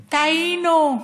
טעינו.